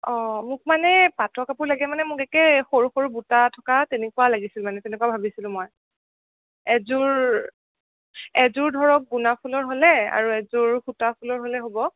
অঁ মোক মানে পাটৰ কাপোৰ লাগে মানে মোক একে সৰু সৰু বুটা থকা তেনেকুৱা লাগিছিল মানে তেনেকুৱা ভাবিছিলোঁ মই এযো এযোৰ ধৰক গুণা ফুলৰ হ'লে আৰু এযোৰ সূতা ফুলৰ হ'লে হ'ব